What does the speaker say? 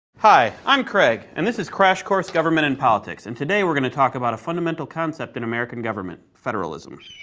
hi, i'm craig and this is crash course government and politics. and today we're going to talk about a fundamental concept to and american government federalism.